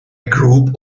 group